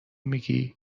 میگی